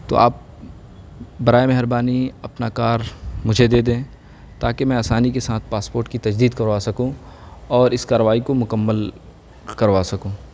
تو آپ برائے مہربانی اپنا کار مجھے دے دیں تاکہ میں آسانی کے ساتھ پاسپوٹ کی تجدید کروا سکوں اور اس کاروائی کو مکمل کروا سکوں